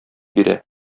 бирә